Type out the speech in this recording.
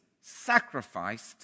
sacrificed